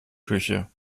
küche